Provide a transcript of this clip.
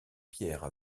pierres